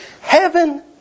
heaven